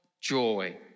joy